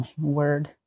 word